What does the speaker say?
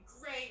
great